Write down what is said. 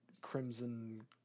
crimson